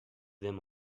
them